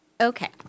Okay